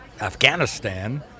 Afghanistan